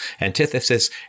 antithesis